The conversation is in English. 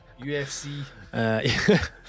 UFC